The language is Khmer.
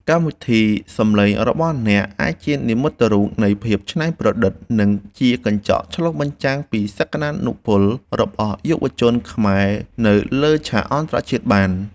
កម្មវិធីសំឡេងរបស់អ្នកអាចជានិមិត្តរូបនៃភាពច្នៃប្រឌិត និងជាកញ្ចក់ឆ្លុះបញ្ចាំងពីសក្តានុពលរបស់យុវជនខ្មែរនៅលើឆាកអន្តរជាតិបាន។